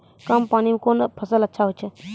कम पानी म कोन फसल अच्छाहोय छै?